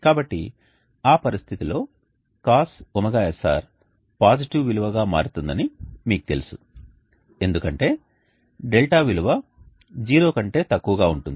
కాబట్టి ఆ పరిస్థితిలో cos ωsr పాజిటివ్ విలువగా మారుతుందని మీకు తెలుసు ఎందుకంటే δ విలువ 0 కంటే తక్కువగా ఉంటుంది